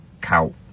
cow